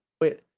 wait